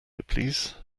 please